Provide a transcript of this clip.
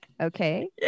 Okay